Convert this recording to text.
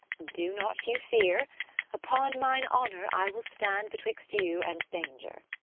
do not you fear upon mine honour, i will stand betwixt you and danger.